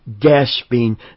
gasping